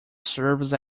serves